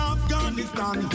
Afghanistan